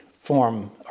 form